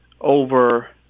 over